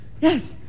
Yes